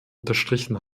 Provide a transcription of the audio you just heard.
unterstrichen